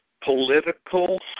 political